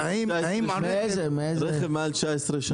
רכב מעל 19 שנה.